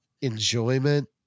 enjoyment